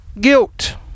guilt